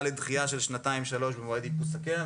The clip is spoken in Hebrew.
לדחייה של שנתיים עד שלוש שנים במועד איפוס הקרן.